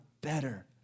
better